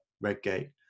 Redgate